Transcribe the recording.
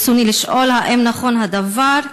ברצוני לשאול: 1. האם נכון הדבר?